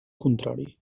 contrari